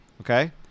Okay